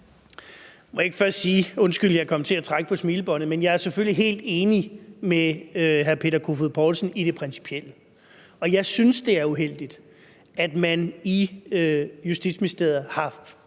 jeg er selvfølgelig helt enig med hr. Peter Kofod Poulsen i det principielle. Jeg synes, det er uheldigt, at man i Justitsministeriet har